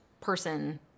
person